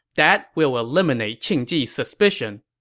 that will eliminate qing ji's suspicion.